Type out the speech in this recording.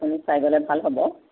আপুনি চাই গ'লে ভাল হ'ব